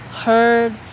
heard